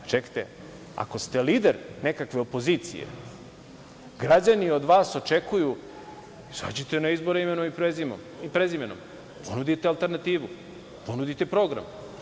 Čekajte, ako ste lider nekakve opozicije građani od vas očekuju - izađite na izbore imenom i prezimenom, ponudite alternativu, ponudite program.